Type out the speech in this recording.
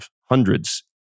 Hundreds